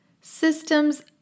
systems